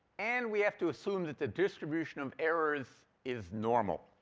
and we have to assume that the distribution of errors is normal.